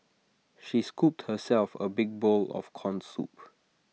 she scooped herself A big bowl of Corn Soup